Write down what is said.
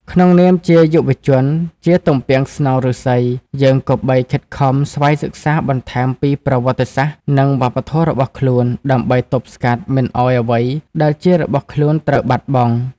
ក្នុងនាមជាយុវជន ជាទំពាំងស្នងឫស្សី យើងគប្បីខិតខំស្វ័យសិក្សាបន្ថែមពីប្រវត្តិសាស្ត្រ និងវប្បធម៌របស់ខ្លួន ដើម្បីទប់ស្កាត់មិនឱ្យអ្វីដែលជារបស់ខ្លួនត្រូវបាត់បង់។